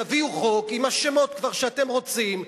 תביאו חוק עם השמות שאתם רוצים,